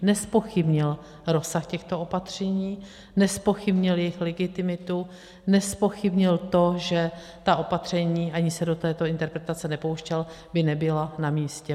Nezpochybnil rozsah těchto opatření, nezpochybnil jejich legitimitu, nezpochybnil to, že ta opatření, a ani se do této interpretace nepouštěl, by nebyla namístě.